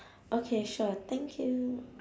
okay sure thank you